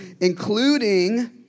including